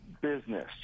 business